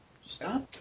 Stop